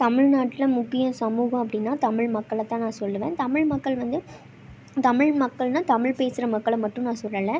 தமிழ்நாட்டில் முக்கிய சமூகம் அப்படின்னா தமிழ் மக்களை தான் நான் சொல்வேன் தமிழ் மக்கள் வந்து தமிழ் மக்கள்னா தமிழ் பேசுகிற மக்களை மட்டும் நான் சொல்லலை